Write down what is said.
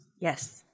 yes